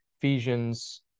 Ephesians